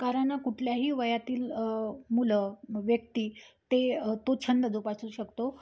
कारण कुठल्याही वयातील मुलं व्यक्ती ते तो छंद जोपासू शकतो